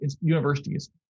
universities